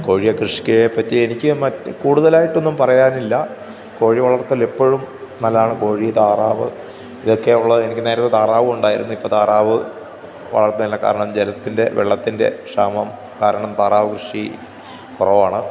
കോഴിയെ കൃഷിക്ക് പറ്റി എനിക്ക് മറ്റ് കൂടുതലായിട്ടൊന്നും പറയാനില്ല കോഴി വളര്ത്തല് എപ്പോഴും നല്ലതാണ് കോഴി താറാവ് ഇതൊക്കെ ഉള്ള എനിക്ക് നേരെത്തെ താറാവും ഉണ്ടായിരുന്നു ഇപ്പം താറാവ് വളര്ത്തുന്നില്ല കാരണം ജലത്തിന്റെ വെള്ളത്തിന്റെ ക്ഷാമം കാരണം താറാവ് കൃഷി കുറവാണ്